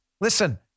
listen